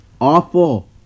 awful